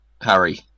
Harry